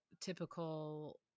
typical